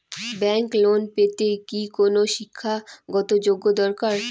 Bank loan পেতে কি কোনো শিক্ষা গত যোগ্য দরকার?